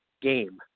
game